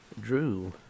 drew